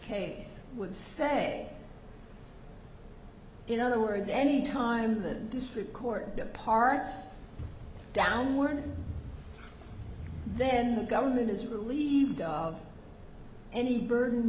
case would say in other words any time the district court departs downward then the government is relieved of any burden